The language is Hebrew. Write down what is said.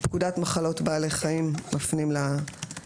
"פקודת מחלות בעלי חיים" פקודת מחלות בעלי חיים (נוסח חדש),